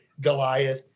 Goliath